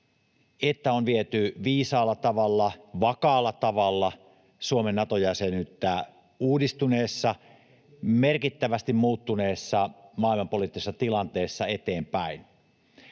että on viety viisaalla tavalla, vakaalla tavalla Suomen Nato-jäsenyyttä uudistuneessa, merkittävästi muuttuneessa maailmanpoliittisessa tilanteessa eteenpäin.